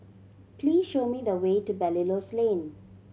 please show me the way to Belilios Lane